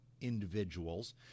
individuals